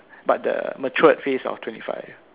but the matured face of twenty five